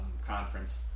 conference